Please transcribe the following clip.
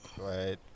right